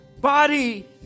body